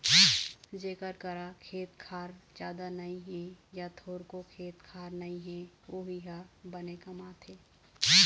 जेखर करा खेत खार जादा नइ हे य थोरको खेत खार नइ हे वोही ह बनी कमाथे